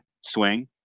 swing